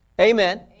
Amen